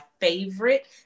favorite